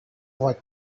what